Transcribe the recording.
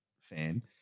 fan